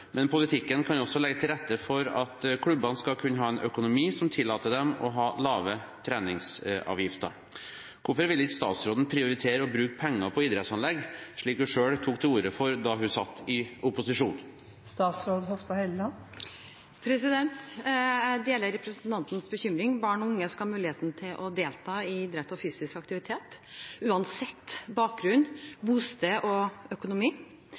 men politikken kan også legge til rette for at klubbene skal kunne ha en økonomi som tillater dem å ha lave treningsavgifter. Hvorfor vil ikke statsråden prioritere å bruke penger på idrettsanlegg, slik hun selv tok til orde for da hun satt i opposisjon?» Jeg deler representantens bekymring. Barn og unge skal ha mulighet til å delta i idrett og fysisk aktivitet uansett bakgrunn, bosted og økonomi.